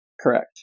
Correct